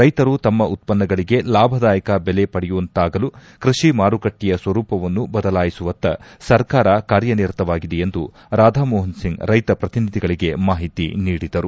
ರೈತರು ತಮ್ಮ ಉತ್ತನ್ನಗಳಗೆ ಲಾಭದಾಯಕ ಬೆಲೆ ಪಡೆಯುವಂತಾಗಲು ಕೃಷಿ ಮಾರುಕಟ್ಲೆಯ ಸ್ತರೂಪವನ್ನು ಬದಲಾಯಿಸುವತ್ತ ಸರ್ಕಾರ ಕಾರ್ಯನಿರತವಾಗಿದೆ ಎಂದು ರಾಧಾಮೋಹನ್ಸಿಂಗ್ ರೈತ ಪ್ರತಿನಿಧಿಗಳಿಗೆ ಮಾಹಿತಿ ನೀಡಿದರು